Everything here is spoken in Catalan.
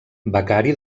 becari